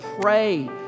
pray